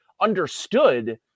understood